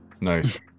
Nice